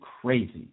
crazy